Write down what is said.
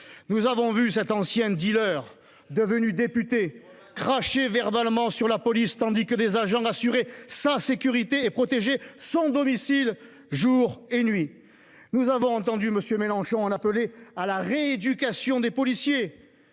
Nous avons vu cet ancien dealer, devenu député, cracher verbalement sur la police, tandis que des agents assuraient sa sécurité et protégeaient son domicile jour et nuit. Nous avons entendu M. Mélenchon en appeler à la « rééducation des policiers